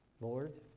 Lord